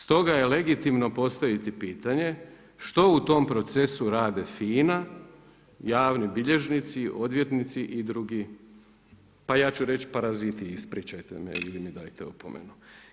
Stoga je legitimno postaviti pitanje, što u tom procesu radi FINA, javni bilježnici, odvjetnici i drugi, pa ja ću reći paraziti, ispričajte mi ili mi dajte opomenu?